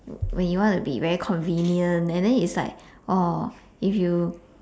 when you want to be very convenient and then is like oh if you